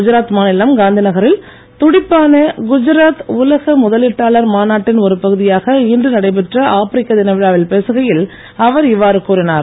குஜராத் மாநிலம் காந்திநகரில் துடிப்பான குஜராத் உலக முதலீட்டாளர் மாநாட்டின் ஒரு பகுதியாக இன்று நடைபெற்ற ஆப்ரிக்க தினவிழாவில் பேசுகையில் அவர் இவ்வாறு கூறினார்